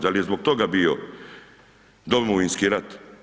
Da li je zbog toga bio Domovinski rat?